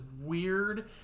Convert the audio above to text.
weird